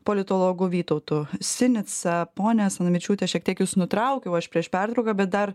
politologu vytautu sinica ponia asanavičiūte šiek tiek jus nutraukiau aš prieš pertrauką bet dar